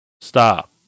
Stop